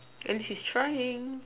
at least he's trying